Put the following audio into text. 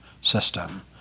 system